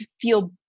feel